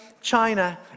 China